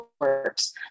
works